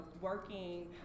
working